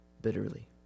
bitterly